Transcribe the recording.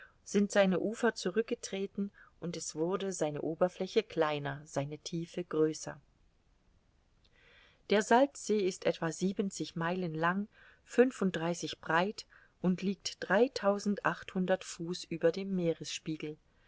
sind seine ufer zurückgetreten und es wurde seine oberfläche kleiner seine tiefe größer der salzsee ist etwa siebenzig meilen lang fünfunddreißig breit und liegt dreitausendachthundert fuß über dem meeresspiegel